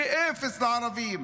ואפס לערבים?